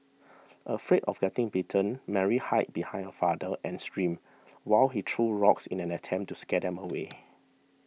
afraid of getting bitten Mary hide behind her father and screamed while he threw rocks in an attempt to scare them away